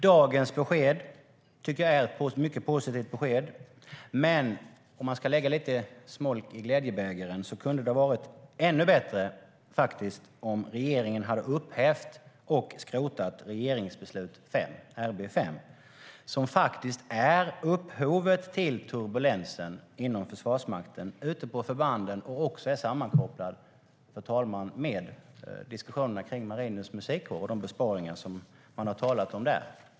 Dagens besked tycker jag är mycket positivt, men om jag ska lägga lite smolk i glädjebägaren hade det varit ännu bättre om regeringen hade upphävt och skrotat regeringsbeslut 5 - RB5. Det är faktiskt upphovet till turbulensen inom Försvarsmakten och ute på förbanden, och det är sammankopplat med diskussionerna kring Marinens Musikkår och de besparingar man har talat om där.